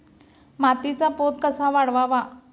मातीचा पोत कसा वाढवावा?